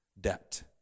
Debt